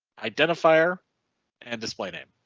identifier and display name.